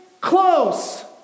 close